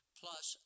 plus